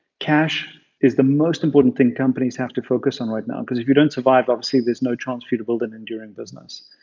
cash is the most important thing companies have to focus on right now because if you don't survive, obviously there's no chance for you to build an enduring business.